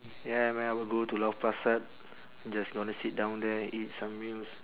ya man I would go to lau pa sat just gonna sit down there eat some meals